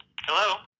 Hello